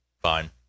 Fine